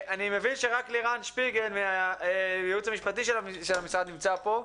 אני מבין שרק לירן שפיגל מהייעוץ המשפטי של המשרד נמצא פה.